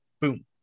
boom